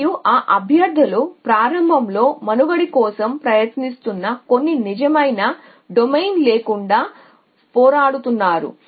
మరియు ఆ అభ్యర్థులు ప్రారంభంలో మనుగడ కోసం ప్రయత్నిస్తున్న కొన్ని నిజమైన డొమైన్ లేకుండా పోరాడుతున్నారు